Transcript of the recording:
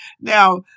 Now